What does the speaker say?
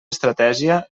estratègia